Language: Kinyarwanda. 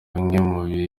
bimwe